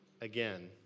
again